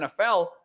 NFL